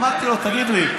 אמרתי לו: תגיד לי,